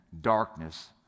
darkness